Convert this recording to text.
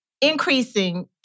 increasing